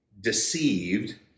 deceived